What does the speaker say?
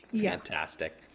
fantastic